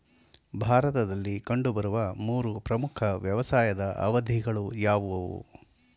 ಭಾರತದಲ್ಲಿ ಕಂಡುಬರುವ ಮೂರು ಪ್ರಮುಖ ವ್ಯವಸಾಯದ ಅವಧಿಗಳು ಯಾವುವು?